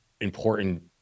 important